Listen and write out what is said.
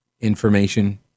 Information